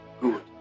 Good